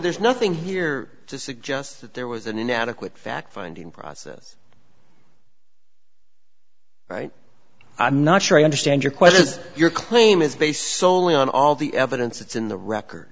there's nothing here to suggest that there was an inadequate fact finding process right i'm not sure i understand your question is your claim is based solely on all the evidence that's in the record